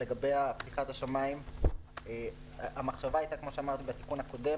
לגבי פתיחת השמיים המחשבה בתיקון הקודם